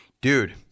Dude